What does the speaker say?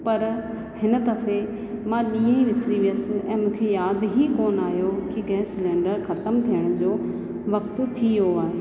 पर हिन दफ़े मां ॾींहं ई विसिरी वियसि ऐं मूंखे यादि ई कोन आहियो की गैस सिलेंडर ख़तमु थियण जो वक़्ति थी वियो आहे